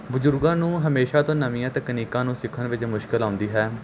ਬਜ਼ੁਰਗਾਂ ਨੂੰ ਹਮੇਸ਼ਾ ਤੋਂ ਨਵੀਆਂ ਤਕਨੀਕਾਂ ਨੂੰ ਸਿੱਖਣ ਵਿੱਚ ਮੁਸ਼ਕਿਲ ਆਉਂਦੀ ਹੈ